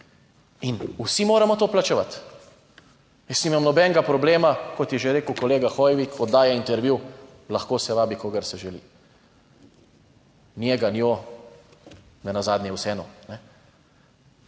In vsi moramo to plačevati. Jaz nimam nobenega problema, kot je že rekel kolega, Hoivik, oddaja Intervju, lahko se vabi kogar se želi, njega, njo, nenazadnje je vseeno,